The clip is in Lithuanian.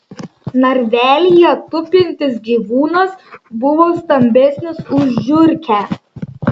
narvelyje tupintis gyvūnas buvo stambesnis už žiurkę